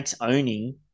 owning